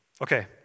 Okay